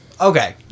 okay